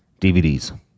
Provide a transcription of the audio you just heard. DVDs